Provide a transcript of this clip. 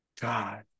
God